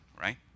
right